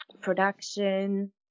production